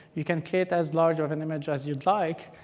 you can create as large of an image as you'd like.